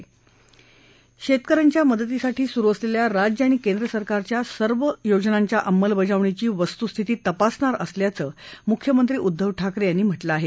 महाराष्ट्रात शेतक यांच्या मदतीसाठी सुरु असलेल्या राज्य आणि केंद्रसरकारच्या सर्व योजनांच्या अंमलबजावणीची वस्तुस्थिती तपासणार असल्याच मुख्यमंत्री उद्दव ठाकरे यांनी म्हटल आहे